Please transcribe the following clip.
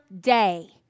day